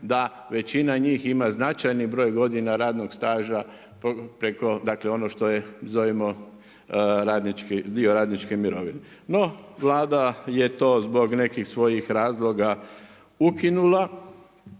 da većina njih ima značajni broj godina radnog staža preko, dakle ono što je zovimo dio radničke mirovine. No Vlada je to zbog nekih svojih razloga ukinula